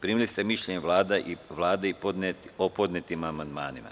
Primili ste mišljenje Vlade o podnetim amandmanima.